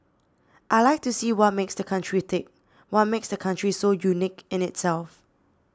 I like to see what makes the country tick what makes the country so unique in itself